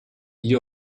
gli